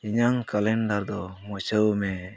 ᱤᱧᱟᱹᱜ ᱠᱮᱞᱮᱱᱰᱟᱨ ᱫᱚ ᱢᱩᱪᱷᱟᱹᱣ ᱢᱮ